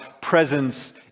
presence